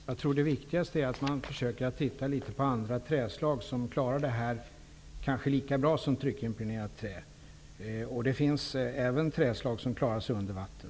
Herr talman! Det viktigaste är att man försöker att titta litet på andra träslag som kanske klarar detta lika bra som tryckimpregnerat trä. Det finns även träslag som klarar sig under vatten.